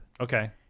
Okay